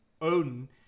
Odin